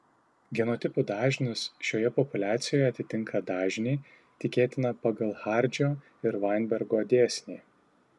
genotipų dažnis šioje populiacijoje atitinka dažnį tikėtiną pagal hardžio ir vainbergo dėsnį